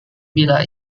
bila